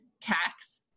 tax